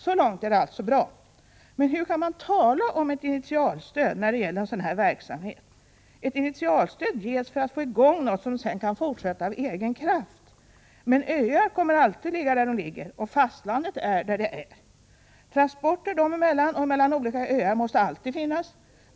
Så långt är det alltså bra. Men hur kan man tala om ett initialstöd när det gäller en sådan här verksamhet? Ett initialstöd ges för att få i gång något som sedan kan fortsätta av egen kraft. Men öar kommer alltid att ligga där de ligger och fastlandet är där det är. Transporter dem emellan och mellan olika öar måste alltid finnas.